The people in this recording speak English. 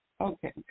okay